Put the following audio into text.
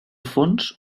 fons